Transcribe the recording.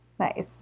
Nice